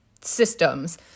systems